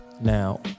Now